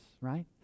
right